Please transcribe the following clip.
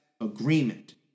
Agreement